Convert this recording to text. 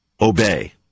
Obey